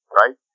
right